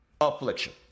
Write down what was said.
affliction